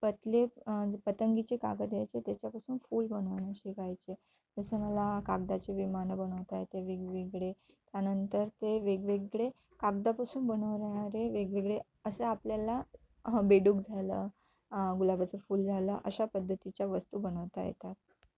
पतले पतंगाचे कागद द्यायचे त्याच्यापासून फूल बनवणं शिकायचे जसं मला कागदाचे विमानं बनवता येते वेगवेगळे त्यानंतर ते वेगवेगळे कागदापासून बनवणारे वेगवेगळे असं आपल्याला बेडूक झालं गुलाबाचं फूल झालं अशा पद्धतीच्या वस्तू बनवता येतात